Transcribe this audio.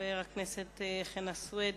חבר הכנסת חנא סוייד.